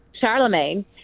Charlemagne